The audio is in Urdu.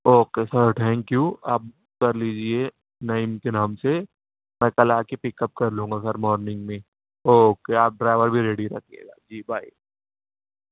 اوکے سر ٹھینک یو آپ بک کر لیجیے نعیم کے نام سے میں کل آ کے پک اپ کر لوں گا گھر مارننگ میں اوکے آپ ڈرائیور بھی ریڈی رکھیے گا جی بائے